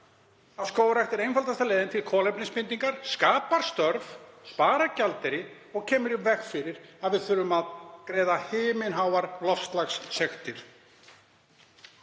að skógrækt er einfaldasta leiðin til kolefnisbindingar, skapar störf, sparar gjaldeyri og kemur í veg fyrir að við þurfum að greiða himinháar loftslagssektir.